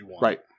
Right